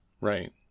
Right